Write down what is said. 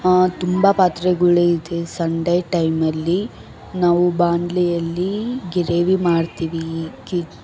ತುಂಬ ಪಾತ್ರೆಗಳು ಇದೆ ಸಂಡೆ ಟೈಮಲ್ಲಿ ನಾವು ಬಾಂಡ್ಲಿ ಅಲ್ಲಿ ಗಿರೇವಿ ಮಾಡ್ತೀವಿ ಕಿಗ್